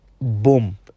boom